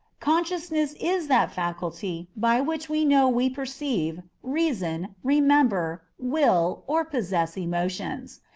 consciousness is that faculty by which we know we perceive, reason, remember, will, or possess emotions.